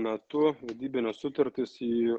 metu vedybinės sutartys į